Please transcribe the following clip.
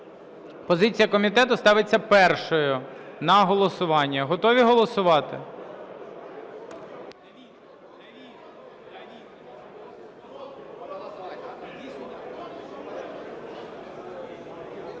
Позиція комітету ставиться першою на голосування. Готові голосувати?